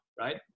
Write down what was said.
Right